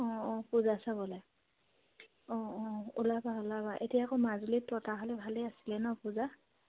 অঁ অঁ পূজা চাবলৈৈ অঁ অঁ ওলাবা ওলাবা এতিয়া আকৌ মাজুলীত পতা হ'লে ভালেই আছিলে ন পূজা